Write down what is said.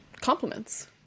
compliments